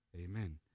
Amen